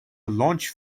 launch